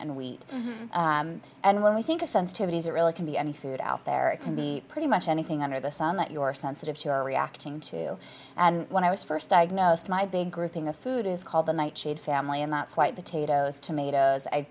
and wheat and when we think of sensitivities it really can be any suit out there it can be pretty much anything under the sun that your sensitive to are reacting to and when i was first diagnosed my big grouping of food is called the night shade family and that's why potatoes tomatoes